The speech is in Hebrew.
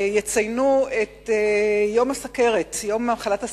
יצוין יום מחלת הסוכרת.